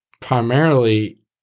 primarily